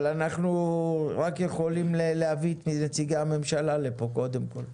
אבל אנחנו רק יכולים להבין מי נציגי הממשלה לפה קודם כל.